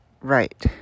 Right